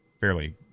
fairly